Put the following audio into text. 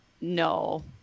no